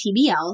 TBLs